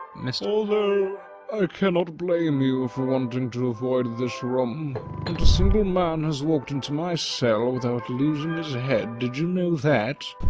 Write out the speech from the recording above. mist although, i cannot blame you for wanting to avoid this room. not a single man has walked into my cell without losing his head, did you know that?